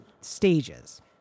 stages